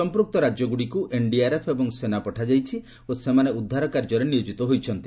ସମ୍ପୃକ୍ତ ରାଜ୍ୟଗୁଡିକୁ ଏନଡିଆରଏଫ ଏବଂ ସେନା ପଠାଯାଇଛି ଓ ସେମାନେ ଉଦ୍ଧାର କାର୍ଯ୍ୟରେ ନିୟୋଜିତ ହୋଇଛନ୍ତି